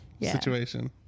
situation